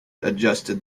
adjusted